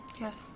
Yes